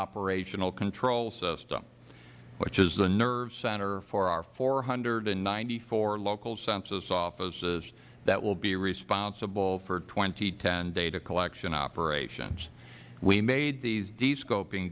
operational control system which is the nerve center for our four hundred and ninety four local census offices that will be responsible for two thousand and ten data collection operations we made these re scoping